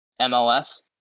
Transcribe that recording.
MLS